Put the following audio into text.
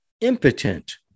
impotent